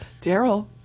daryl